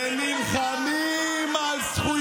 ונלחמים על זכויות הנשים.